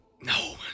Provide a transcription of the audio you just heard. No